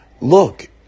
Look